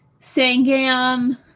Sangam